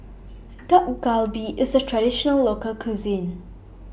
Dak Galbi IS A Traditional Local Cuisine